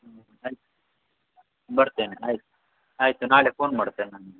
ಹ್ಞೂ ಹ್ಞೂ ಆಯ್ತು ಬರ್ತೇನೆ ಆಯ್ತು ಆಯಿತು ನಾಳೆ ಫೋನ್ ಮಾಡ್ತೇನೆ ನಾನು ನಿಮ್ಗೆ